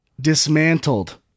Dismantled